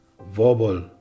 verbal